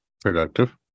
productive